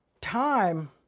time